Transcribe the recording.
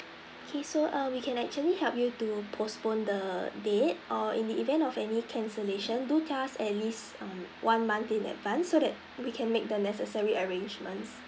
okay so err we can actually help you to postpone the date or in the event of any cancellation do tell us at least um one month in advance so that we can make the necessary arrangements